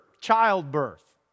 childbirth